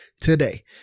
today